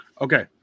Okay